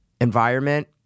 environment